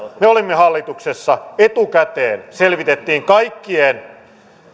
me olimme hallituksessa etukäteen selvitettiin kaikkien